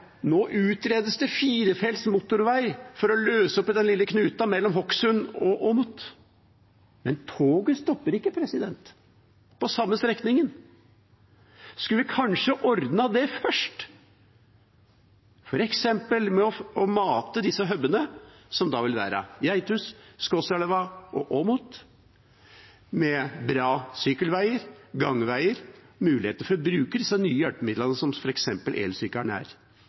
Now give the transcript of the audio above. Nå utredes det firefelts motorvei for å løse opp i den lille knuten mellom Hokksund og Åmot. Men toget stopper ikke på den samme strekningen. Skulle vi kanskje ordnet det først? Det kunne f.eks. være ved å mate disse hub-ene, som da vil være Geithus, Skotselv og Åmot, med bra sykkelveier, gangveier og muligheter til å bruke de nye hjelpemidlene, som f.eks. elsykkelen er,